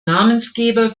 namensgeber